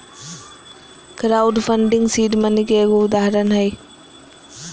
crowd funding seed money के एगो उदाहरण हय